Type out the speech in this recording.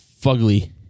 fugly